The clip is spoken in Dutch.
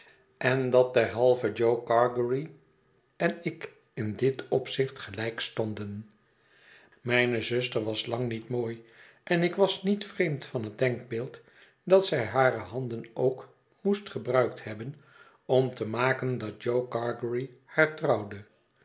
en dat derhalve jo gargery en ik in dit opzicht gelyk stonden mijne zuster was lang niet mooi en ik was niet vreemd van het denkbeeld dat zij hare handen ook moest gebruikt hebben om te maken dat jo gargery